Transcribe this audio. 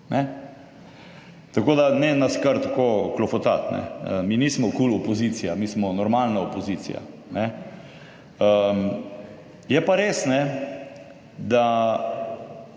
tako da ne nas, kar tako klofotati. Mi nismo kul opozicija, mi smo normalna opozicija. Je pa res, da